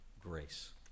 grace